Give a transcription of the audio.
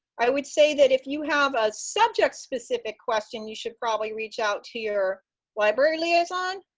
i would say that if you have a subject-specific question, you should probably reach out to your library liaison.